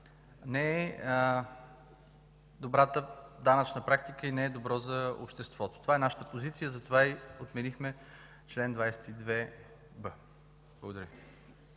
не е добрата данъчна практика и не е добро за обществото. Такава е нашата позиция и затова отменихме чл. 22б. Благодаря